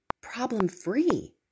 problem-free